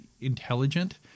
intelligent